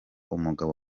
umugabo